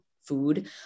food